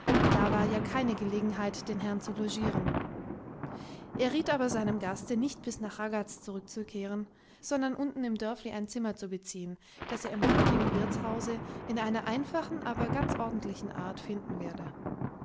da war ja keine gelegenheit den herrn zu logieren er riet aber seinem gaste nicht bis nach ragaz zurückzukehren sondern unten im dörfli ein zimmer zu beziehen das er im dortigen wirthause in einer einfachen aber ganz ordentlichen art finden werde